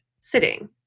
sitting